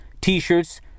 t-shirts